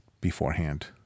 beforehand